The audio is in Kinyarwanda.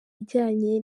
ijyanye